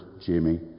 Jimmy